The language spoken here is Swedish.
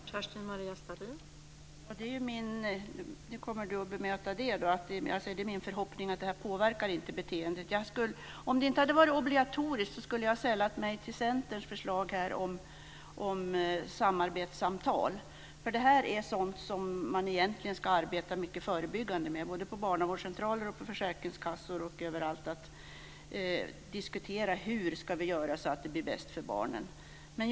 Fru talman! Det är min förhoppning, men nu kommer väl Cecilia Magnusson att bemöta det också, att det här inte påverkar beteendet. Om det inte hade varit obligatoriskt hade jag sällat mig till Centerns förslag om samarbetssamtal. Det här är ju sådant som man egentligen ska arbeta mycket förebyggande med på barnavårdscentraler, försäkringskassor och överallt. Man måste diskutera: Hur ska vi göra så att det blir bäst för barnen?